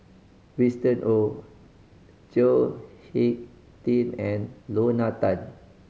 Winston Oh Chao Hick Tin and Lorna Tan